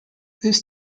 this